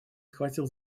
схватил